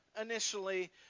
initially